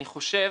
אני חושב,